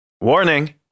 warning